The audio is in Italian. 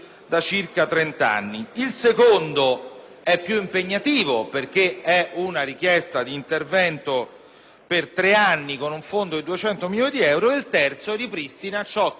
per tre anni con un fondo di 200 milioni di euro. Il terzo ripristina cioche il Governo Berlusconi ha tagliato nella prima occasione in cui poteva farlo, cioe distogliendo